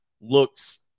looks